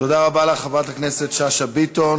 תודה רבה לך, חברת הכנסת שאשא ביטון.